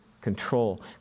control